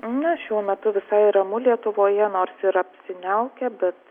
na šiuo metu visai ramu lietuvoje nors ir apsiniaukę bet